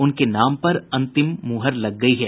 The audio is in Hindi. उनके नाम पर अंतिम मुहर लग गयी है